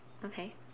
okay